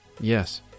Yes